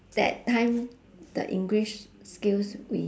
that time the english skills we